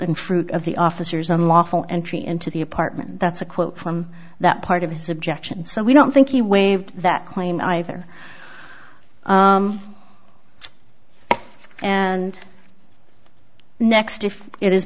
and fruit of the officers unlawful entry into the apartment that's a quote from that part of his objection so we don't think he waived that claim either and next if it is